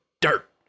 Dirt